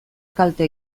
kalte